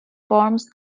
forms